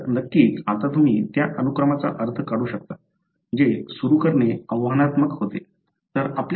तर नक्कीच आता तुम्ही त्या अनुक्रमाचा अर्थ काढू शकता जे सुरू करणे आव्हानात्मक होते